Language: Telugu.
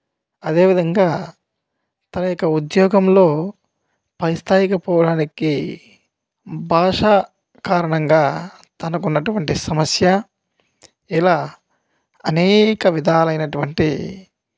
అదే విధంగా తన యొక్క ఉద్యోగంలో పై స్థాయికి పోవడానికే భాషా కారణంగాతనకున్నటువంటి సమస్య ఇలా అనేక విధాలైనటువంటి